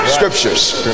Scriptures